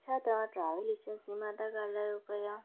छा तव्हां travel agency मां था ॻाल्हायो पिया